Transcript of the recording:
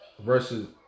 Versus